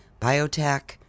biotech